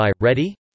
Ready